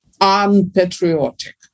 unpatriotic